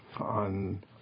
on